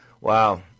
Wow